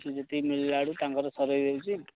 ଏଇଠି ଯେତେକି ମିଳିଲା ବେଳକୁ ତାଙ୍କର ସରେଇଦେଇଛି